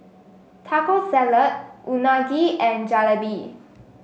Taco Salad Unagi and Jalebi